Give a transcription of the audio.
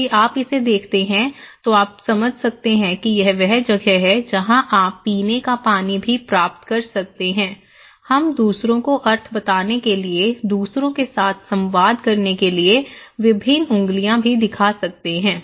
यदि आप इसे देखते हैं तो आप समझ सकते हैं कि यह वह जगह है जहां आप पीने का पानी भी प्राप्त कर सकते हैं हम दूसरों को अर्थ बताने के लिए दूसरों के साथ संवाद करने के लिए विभिन्न अंगुलियां भी दिखा सकते हैं